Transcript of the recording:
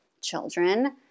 children